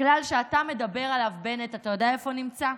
הכלל שאתה מדבר עליו, בנט, אתה יודע איפה נמצא?